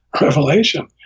revelation